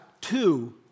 two